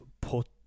Put